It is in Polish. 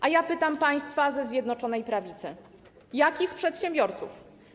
A ja pytam państwa ze Zjednoczonej Prawicy: Jakich przedsiębiorców?